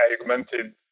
augmented